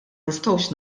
nistgħux